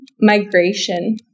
migration